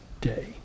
day